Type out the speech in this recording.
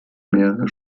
mehrere